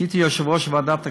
כשהייתי יושב-ראש ועדת הכספים,